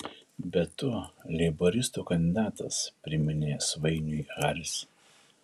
bet tu leiboristų kandidatas priminė svainiui haris